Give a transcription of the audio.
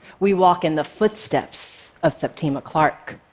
we walk in the footsteps of septima clark.